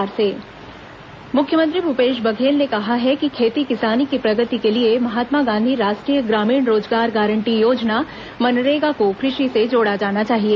Indian horticulture congress मुख्यमंत्री भूपेश बघेल ने कहा है कि खेती किसानी की प्रगति के लिए महात्मा गांधी राष्ट्रीय ग्रामीण रोजगार गारंटी योजना मनरेगा को कृषि से जोड़ा जाना चाहिए